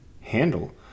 handle